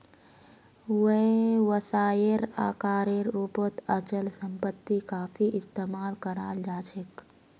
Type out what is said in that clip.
व्यवसायेर आकारेर रूपत अचल सम्पत्ति काफी इस्तमाल कराल जा छेक